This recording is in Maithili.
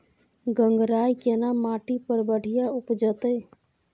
गंगराय केना माटी पर बढ़िया उपजते?